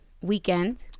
weekend